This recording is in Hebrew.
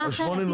דוגמה אחרת,